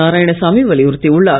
நாராயணசாமி வலியுறுத்தியுள்ளார்